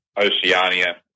Oceania